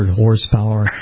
horsepower